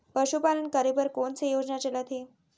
पशुपालन करे बर कोन से योजना चलत हे?